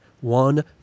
one